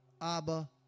Abba